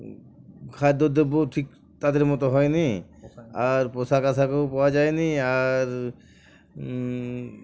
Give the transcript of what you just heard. খাদ্যদ্রব্যও ঠিক তাদের মতো হয় নি আর পোশাক আশাকও পাওয়া যায়নি আর